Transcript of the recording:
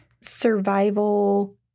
survival